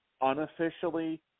unofficially